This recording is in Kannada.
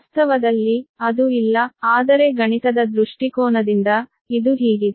ವಾಸ್ತವದಲ್ಲಿ ಅದು ಇಲ್ಲ ಆದರೆ ಗಣಿತದ ದೃಷ್ಟಿಕೋನದಿಂದ ಇದು ಹೀಗಿದೆ